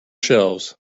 shelves